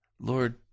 Lord